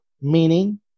meaning